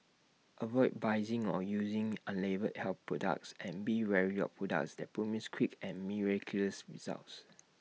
avoid buying or using unlabelled health products and be wary of products that promise quick and miraculous results